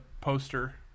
poster